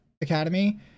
Academy